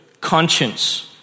conscience